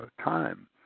time